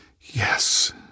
yes